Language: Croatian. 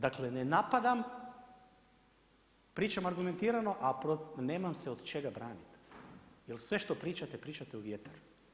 Dakle, ne napadam, pričam argumentirano, a nema se od čega branit jer sve što pričate, pričate u vjetar.